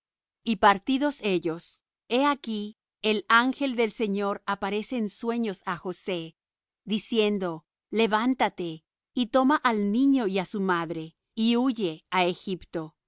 y partidos ellos he aquí el ángel del señor aparece en sueños á josé diciendo levántate y toma al niño y á su madre y huye á egipto